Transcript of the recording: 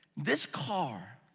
this car,